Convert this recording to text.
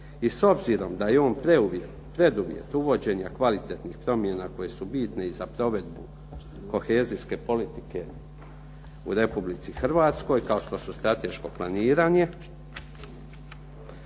i s obzirom da je on preduvjet uvođenja kvalitetnih promjena koje su bitne i za provedbu kohezijske politike u Republici Hrvatskoj kao što su strateško planiranje,